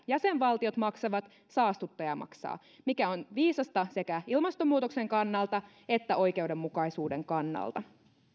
jäsenvaltiot maksavat saastuttaja maksaa mikä on viisasta sekä ilmastonmuutoksen kannalta että oikeudenmukaisuuden kannalta